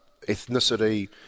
ethnicity